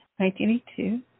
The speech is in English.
1982